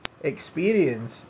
experience